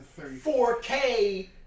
4K